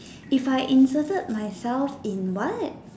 if I inserted myself in what